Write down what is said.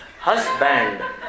Husband